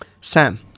Sam